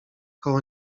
koło